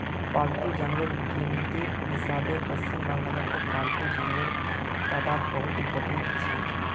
पालतू जानवरेर गिनतीर हिसाबे पश्चिम बंगालत पालतू जानवरेर तादाद बहुत बढ़िलछेक